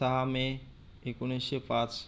सहा मे एकोणीसशे पाच